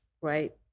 right